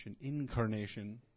incarnation